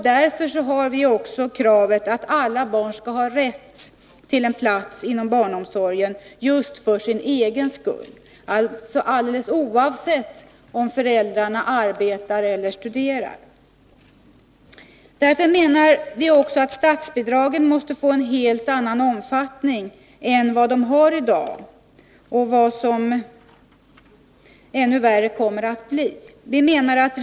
Därför har vi också kravet att alla barn skall ha rätt till en plats inom barnomsorgen just för sin egen skull, alltså alldeles oavsett om föräldrarna arbetar eller studerar. Därför menar vi också att statsbidragen måste få en helt annan omfattning. Det gäller både i förhållande till dagens läge och i förhållande till det ännu värre läge som kommer.